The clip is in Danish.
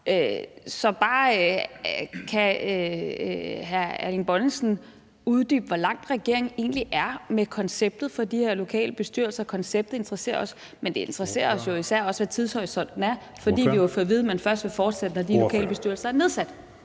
Så kan hr. Erling Bonnesen bare uddybe, hvor langt regeringen egentlig er med konceptet for de her lokale bestyrelser? Konceptet interesserer os, men det interesserer os jo især også, hvad tidshorisonten er, fordi vi jo har fået at vide, at man først vil fortsætte, når de lokale bestyrelser er nedsat.